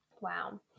Wow